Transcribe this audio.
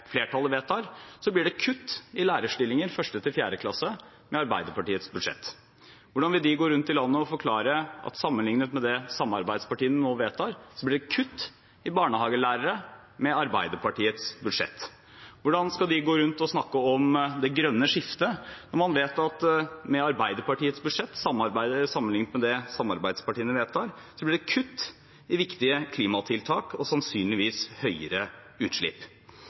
flertallet nå vedtar, blir det kutt i lærerstillinger for 1.–4.klasse med Arbeiderpartiets budsjett? Hvordan vil de gå rundt i landet og forklare at sammenlignet med det som samarbeidspartiene nå vedtar, blir det kutt i barnehagelærere med Arbeiderpartiets budsjett? Hvordan skal de gå rundt og snakke om det grønne skiftet når man vet at med Arbeiderpartiets budsjett, sammenlignet med det samarbeidspartiene vedtar, blir det kutt i viktige klimatiltak og sannsynligvis høyere utslipp?